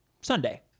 Sunday